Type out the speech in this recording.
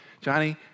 Johnny